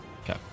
Okay